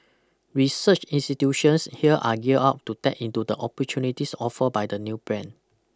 research institutions here are gear up to tap into the opportunities offer by the new plan